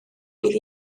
fydd